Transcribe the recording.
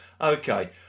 Okay